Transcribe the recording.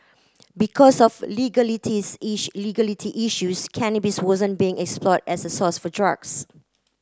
because of legalities issue legality issues cannabis wasn't being explored as a source for drugs